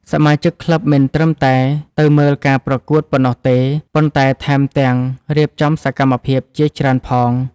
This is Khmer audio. សមាជិកក្លឹបមិនត្រឹមតែទៅមើលការប្រកួតប៉ុណ្ណោះទេ ប៉ុន្តែថែមទាំងរៀបចំសកម្មភាពជាច្រើនផង។